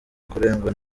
kurengwa